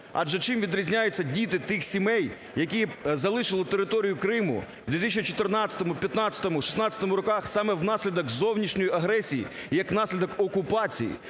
Адже, чим відрізняються діти тих сімей, які залишили територію Криму в 2014-у, 2015-у, 2016 роках саме внаслідок зовнішньої агресії і як наслідок окупації.